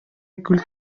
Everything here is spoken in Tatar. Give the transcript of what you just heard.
күл